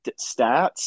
stats